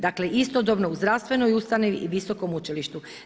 Dakle, istodobno u zdravstvenoj ustanovi i visokom učilištu.